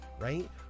right